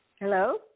Hello